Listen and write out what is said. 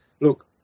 Look